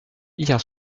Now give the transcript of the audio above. hier